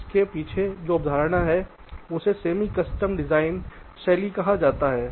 इसके पीछे जो अवधारणा है उसे सेमी कस्टम डिज़ाइन शैली कहा जाता है